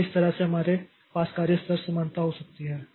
इसलिए इस तरह से हमारे पास कार्य स्तर समानता हो सकती है